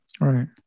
Right